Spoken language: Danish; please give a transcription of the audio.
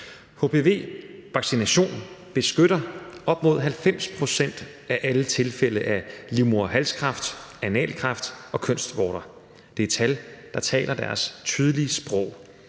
Hpv-vaccination beskytter op mod 90 pct. af alle tilfælde af livmoderhalskræft, analkræft og kønsvorter. Det er tal, der taler deres tydelige sprog.